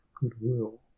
goodwill